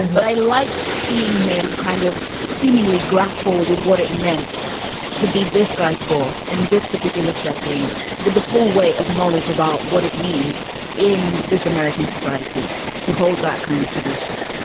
but i liked seeing him kind of seemingly grapple with what it meant to be this guy's boss in this particular setting with the full weight of knowledge about what it means in this american society to hold that kind of position.